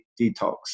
detox